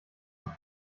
noch